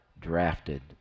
drafted